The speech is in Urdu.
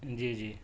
جی جی